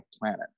planet